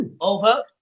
over